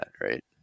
right